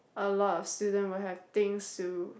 a lot of student will have things to